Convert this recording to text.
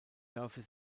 dafür